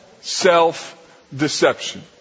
self-deception